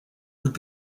would